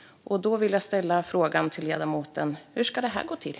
Därför vill jag fråga ledamoten: Hur ska det här gå till?